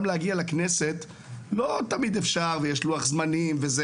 גם להגיע לכנסת לא תמיד אפשר ויש לוח זמנים וכולי,